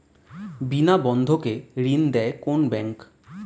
বিনা বন্ধকে ঋণ দেয় কোন ব্যাংক?